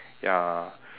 ya